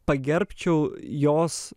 pagerbčiau jos